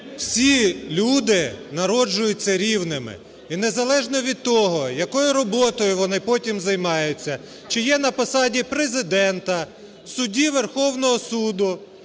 всі люди народжуються рівними. І незалежно від того, якою роботою вони потім займаються – чи є на посаді Президента, судді Верховного Суду,